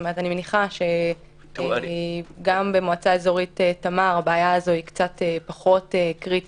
אני מניחה שבמועצה אזורית תמר הבעיה הזו קצת פחות קריטית.